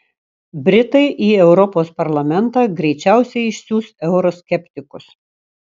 britai į europos parlamentą greičiausiai išsiųs euroskeptikus